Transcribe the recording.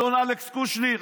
אדון אלכס קושניר,